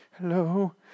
Hello